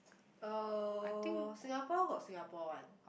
uh Singapore got Singapore one